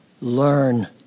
learn